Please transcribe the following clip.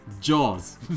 Jaws